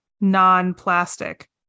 non-plastic